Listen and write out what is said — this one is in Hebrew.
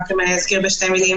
אני רק אזכיר בשתי מילים.